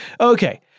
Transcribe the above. Okay